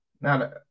Now